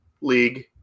league